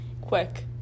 Quick